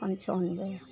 पनचानवे